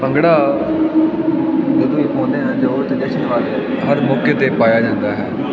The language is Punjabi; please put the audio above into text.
ਭੰਗੜਾ ਬਦਲ ਕੋਨਿਆਂ ਅਤੇ ਹੋਰ ਅਤੇ ਜਸ਼ਨ ਵਾਲੇ ਹਰ ਮੌਕੇ 'ਤੇ ਪਾਇਆ ਜਾਂਦਾ ਹੈ